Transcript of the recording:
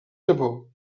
japó